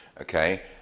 Okay